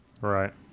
Right